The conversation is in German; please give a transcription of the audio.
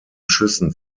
schüssen